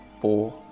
four